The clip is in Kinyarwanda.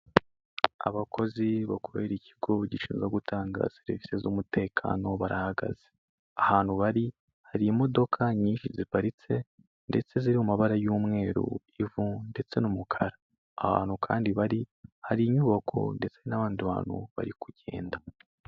Abakozi bakorera ikigo gishinzwe gutanga serivisi z'umutekano barahagaze, ahantu bari hari imodoka nyinshi ziparitse ndetse ziri mu mabara y'umweru, ivu ndetse n'umukara, ahantu kandi bari hari inyubako ndetse n'abandi bantu bari kugenda.